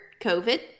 COVID